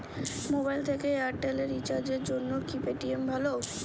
Mobile থেকে Airtel এ রিচার্জের জন্য কি পেটিএম ভালো?